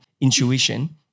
intuition